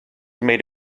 made